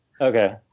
Okay